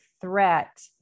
threat